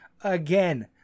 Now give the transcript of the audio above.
again